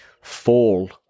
fall